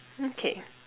okay